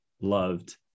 loved